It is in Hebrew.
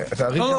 גם --- לא.